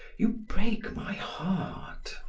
you break my heart.